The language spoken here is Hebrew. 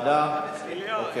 אברהים צרצור, איננו.